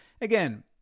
Again